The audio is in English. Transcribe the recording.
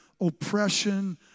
oppression